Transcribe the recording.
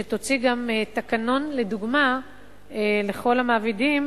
שתוציא גם תקנון לדוגמה לכל המעבידים,